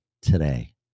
today